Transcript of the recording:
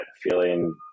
feeling